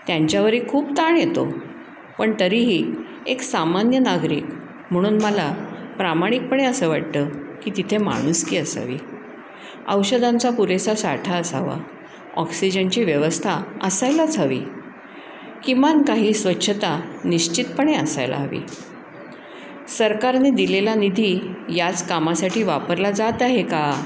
त्यांच्यावरही खूप ताण येतो पण तरीही एक सामान्य नागरिक म्हणून मला प्रामाणिकपणे असं वाटतं की तिथे माणुसकी असावी औषधांचा पुरेसा साठा असावा ऑक्सिजनची व्यवस्था असायलाच हवी किमान काही स्वच्छता निश्चितपणे असायला हवी सरकारने दिलेला निधी याच कामासाठी वापरला जात आहे का